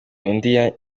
undi